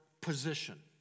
position